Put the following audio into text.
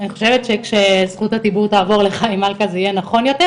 אני חושבת שכשרשות הדיבור תעבור לחיים מלכה זה יהיה נכון יותר,